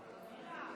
תודה.